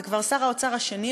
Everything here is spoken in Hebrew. זה כבר שר האוצר השני,